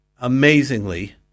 amazingly